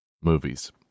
movies